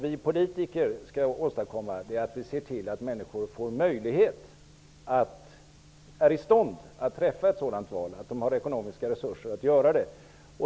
Vi politiker skall se till att människorna är i stånd att träffa ett sådant val, alltså att de har ekonomiska resurser att göra det.